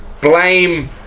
blame